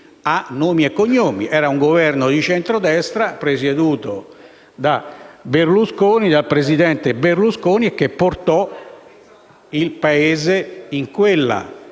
Fu un Governo di centrodestra, presieduto dal presidente Berlusconi, a portare il Paese in quella